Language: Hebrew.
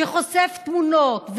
שחושף תמונות,